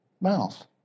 mouth